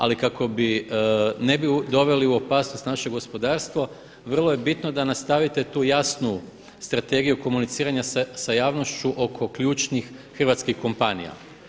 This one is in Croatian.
Ali kako ne bi doveli u opasnost naše gospodarstvo vrlo je bitno da nastavite tu jasnu strategiju komuniciranja sa javnošću oko ključnih hrvatskih kompanija.